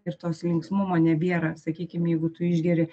ir tos linksmumo nebėra sakykim jeigu tu išgeri